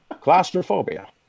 claustrophobia